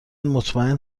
مطمئن